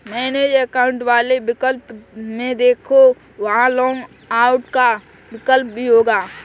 manage account वाले विकल्प में देखो, वहां लॉग आउट का विकल्प भी होगा